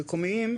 המקומיים,